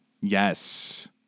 Yes